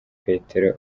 peter